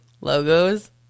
logos